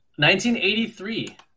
1983